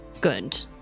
Good